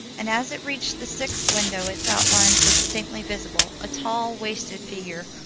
and as it reached the sixth window its outlines were distinctly visible. a tall, wasted figure,